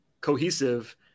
cohesive